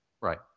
Right